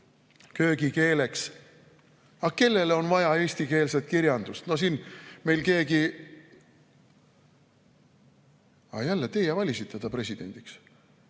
köögikeeleks. Aga kellele on vaja eestikeelset kirjandust? No siin meil keegi – aga jälle, teie valisite ta presidendiks